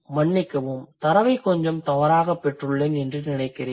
மன்னிக்கவும் தரவை கொஞ்சம் தவறாகப் பெற்றுள்ளேன் என்று நினைக்கிறேன்